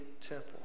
temple